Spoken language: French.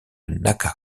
naka